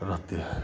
रहते हैं